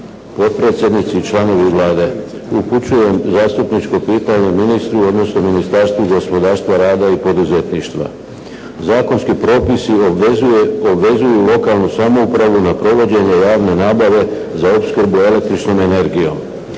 potpredsjednici i članovi Vlade. Upućujem zastupničko pitanje ministru, odnosno Ministarstvu gospodarstva, rada i poduzetništva. Zakonski propisi obvezuju lokalnu samoupravu na provođenje javne nabave za opskrbu električnom energijom.